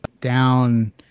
down